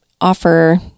offer